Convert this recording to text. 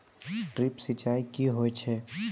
Drip सिंचाई कि होय छै?